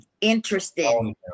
interesting